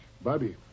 Bobby